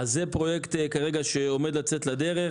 זה פרויקט שעומד לצאת לדרך.